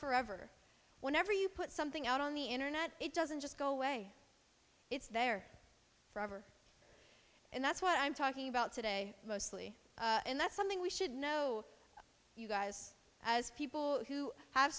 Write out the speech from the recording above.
forever whenever you put something out on the internet it doesn't just go away it's there forever and that's what i'm talking about today mostly and that's something we should know you guys as people who have